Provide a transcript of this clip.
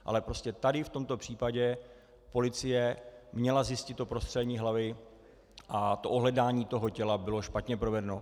Ale prostě tady v tomto případě policie měla zjistit to prostřelení hlavy a to ohledání toho těla bylo špatně provedeno.